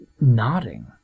nodding